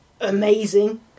amazing